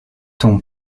ton